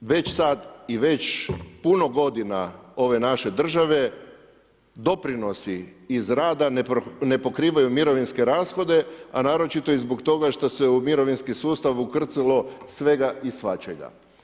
Već sad i već puno godina ove naše države doprinosi iz rada ne pokrivaju mirovinske rashode, a naročito i zbog toga što se u mirovinski sustav ukrcalo svega i svačega.